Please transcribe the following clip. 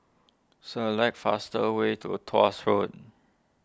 select fastest way to Tuas Road